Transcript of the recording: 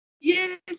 Yes